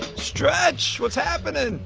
stretch, what's happening?